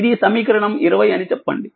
ఇది సమీకరణం20 అని చెప్పండి